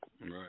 Right